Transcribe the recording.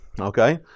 Okay